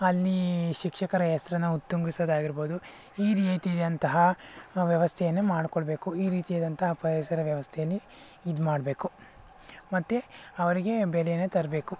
ಅಲ್ಲಿ ಶಿಕ್ಷಕರ ಹೆಸರನ್ನು ಉತ್ತುಂಗಿಸೋದಾಗಿರ್ಬೋದು ಈ ರೀತಿಯಂತಹ ವ್ಯವಸ್ಥೆಯನ್ನು ಮಾಡಿಕೊಳ್ಬೇಕು ಈ ರೀತಿಯಾದಂತಹ ಪರಿಸರ ವ್ಯವಸ್ಥೆಯಲ್ಲಿ ಇದು ಮಾಡಬೇಕು ಮತ್ತು ಅವರಿಗೆ ಬೆಲೆಯನ್ನು ತರಬೇಕು